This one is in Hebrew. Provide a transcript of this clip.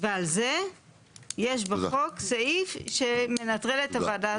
ועל זה יש בחוק סעיף שמנטרל את הוועדה --- תודה.